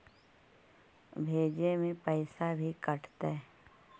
भेजे में पैसा भी कटतै?